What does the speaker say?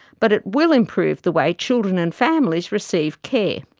but it will improve the way children and families receive care.